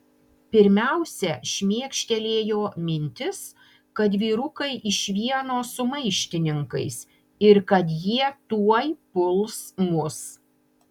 pirmiausia šmėkštelėjo mintis kad vyrukai iš vieno su maištininkais ir kad jie tuoj puls mus